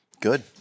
Good